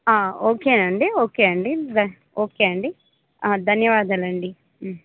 ఓకేనండి ఓకే అండి ఓకే అండి ధన్యవాదాలండి